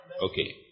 Okay